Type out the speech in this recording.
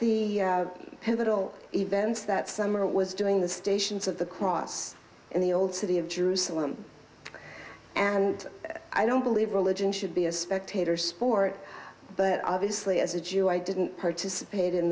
pivotal events that summer was doing the stations of the cross in the old city of jerusalem and i don't believe religion should be a spectator sport but obviously as a jew i didn't participate in